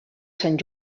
sant